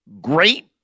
great